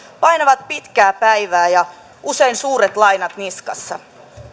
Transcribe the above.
painavat pitkää päivää ja usein suuret lainat niskassa